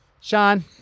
sean